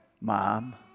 Mom